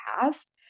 past